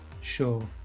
Sure